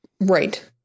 Right